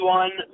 one